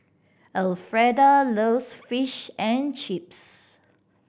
Elfreda loves Fish and Chips